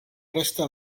resta